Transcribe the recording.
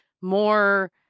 more